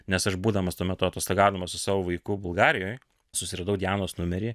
nes aš būdamas tuo metu atostogaudamas su savo vaiku bulgarijoj susiradau dianos numerį